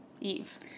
Eve